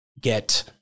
get